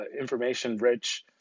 information-rich